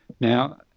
Now